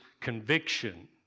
conviction